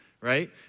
right